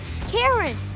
Karen